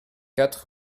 quatre